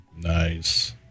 Nice